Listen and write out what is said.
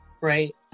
right